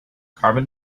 carbon